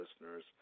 listeners